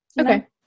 Okay